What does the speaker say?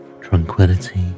tranquility